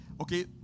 Okay